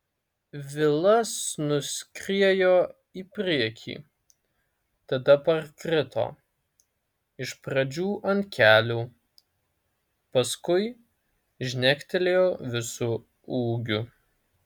vilas nuskriejo į priekį tada parkrito iš pradžių ant kelių paskui žnektelėjo visu ūgiu